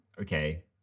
okay